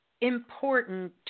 important